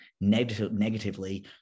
negatively